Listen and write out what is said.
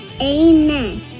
Amen